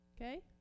Okay